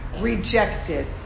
rejected